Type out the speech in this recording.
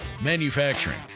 Manufacturing